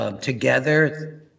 together